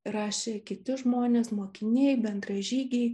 rašė kiti žmonės mokiniai bendražygiai